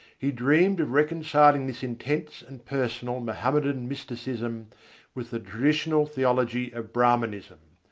he dreamed of reconciling this intense and personal mohammedan mysticism with the traditional theology of brahmanism.